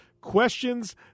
questions